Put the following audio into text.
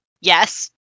yes